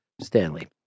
Stanley